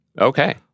okay